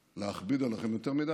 כיוון שאינני רוצה להכביד עליכם יותר מדי,